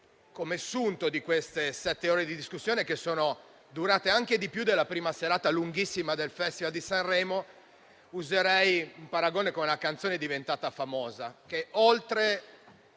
come sunto di queste sette ore di discussione, che sono durate anche di più della prima serata lunghissima del Festival di Sanremo, userei un paragone con una canzone diventata famosa, per dire